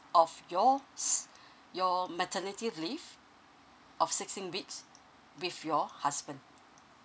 of your s~ your maternity leave of sixteen weeks with your husband